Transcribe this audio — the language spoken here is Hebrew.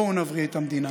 בואו נבריא את המדינה.